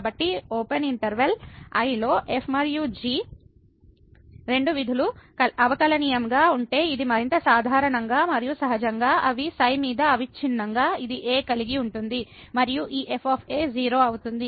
కాబట్టి open interval I లో f మరియు g రెండు విధులు అవకలనియమంగా ఉంటే ఇది మరింత సాధారణంగా మరియు సహజంగా అవి ξ మీద అవిచ్ఛిన్నంగా ఇది a కలిగి ఉంటుంది మరియు ఈ f 0 అవుతుంది